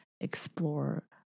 explore